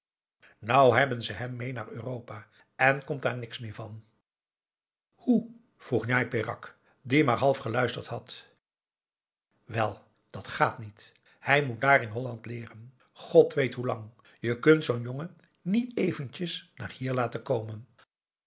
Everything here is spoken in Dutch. nou hebben ze hem mee naar europa en komt daar niks meer van hoe vroeg njai peraq die maar half geluisterd had wel dat gaat niet hij moet daar in holland leeren god weet hoelang je kunt zoo'n jongen niet eventjes naar hier laten komen